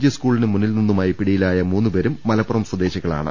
G സ്കൂളിന് മുന്നിൽ നിന്നുമായി പിടിയിലായ മൂന്നുപേരും മലപ്പുറം സ്വദേശികളാണ്